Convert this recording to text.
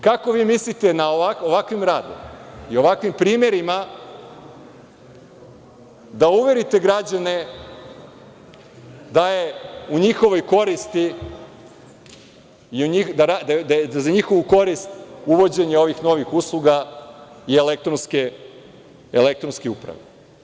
Kako vi mislite ovakvim radom i ovakvim primerima da uverite građane da je za njihovu korist uvođenje ovih novih usluga i elektronske uprave?